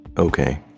Okay